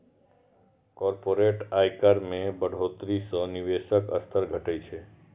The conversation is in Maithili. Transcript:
कॉरपोरेट आयकर मे बढ़ोतरी सं निवेशक स्तर घटै छै